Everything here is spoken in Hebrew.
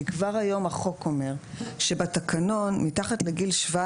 כבר היום החוק אומר שבתקנון מתחת לגיל 17